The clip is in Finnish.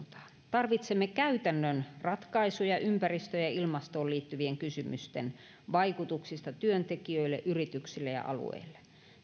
tarvitsemme käytännön ratkaisuja ympäristöön ja ja ilmastoon liittyvien kysymysten vaikutuksista työntekijöille yrityksille ja alueille